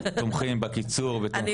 אנחנו תומכים בקיצור ותומכים במאבק.